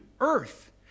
earth